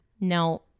No